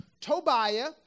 Tobiah